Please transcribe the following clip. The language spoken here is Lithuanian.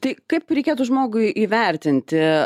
tai kaip reikėtų žmogui įvertinti